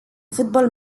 football